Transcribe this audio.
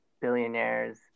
billionaires